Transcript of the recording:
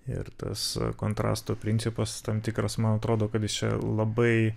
ir tas kontrasto principas tam tikras man atrodo kad jis čia labai